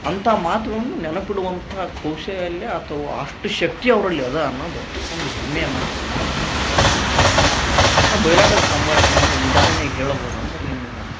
ಅಂಥಾ ಮಾತುಗಳನ್ನು ನೆನಪಿಡುವಂಥ ಕೌಶಲ್ಯ ಅಥ್ವ ಅಷ್ಟು ಶಕ್ತಿ ಅವರಲ್ಲಿ ಅದ ಅನ್ನೋದು ಒಂದು ಹೆಮ್ಮೆಯ ಮಾತು ಅಂತ ನನಗೆ ಅನ್ನುಸ್ತು ಬೈಲಾಟದ ಸಂಭಾಷಣೆಯನ್ನು ಉದಾಹರ್ಣೆಗೆ ಹೇಳ್ಬೋದು ಅಂದ್ರ ನಿಮಗೆ